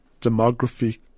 demography